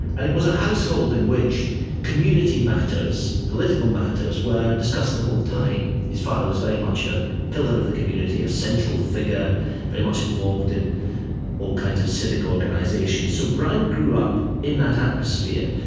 and it was a household in which community matters, political matters, were discussed the whole time. his father was very much a pillar of the community, a central figure very much involved in all kinds of civic organisations. so brown grew up in that atmosphere,